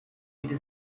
bitte